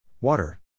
Water